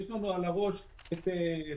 יש לנו על הראש את פייבוקס,